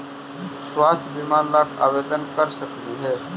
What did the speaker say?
स्वास्थ्य बीमा ला आवेदन कर सकली हे?